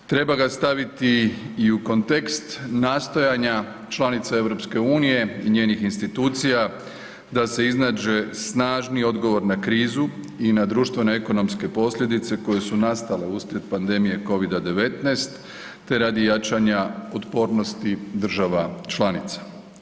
Treba ga staviti i u kontekst nastojanja članica EU i njenih institucija da se iznađe snažniji odgovor na krizu i na društvenoekonomske posljedice koje su nastale uslijede pandemije covid-19 te radi jačanja otpornosti država članica.